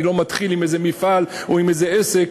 לא מתחיל עם איזה מפעל או עם איזה עסק,